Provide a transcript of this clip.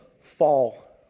fall